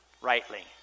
rightly